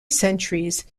centuries